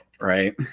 right